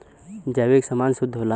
जैविक समान शुद्ध होला